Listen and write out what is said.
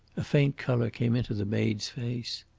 a faint colour came into the maid's face.